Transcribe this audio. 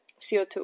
CO2